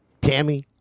Tammy